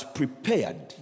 prepared